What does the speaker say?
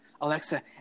Alexa